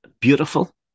beautiful